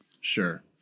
Sure